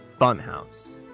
funhouse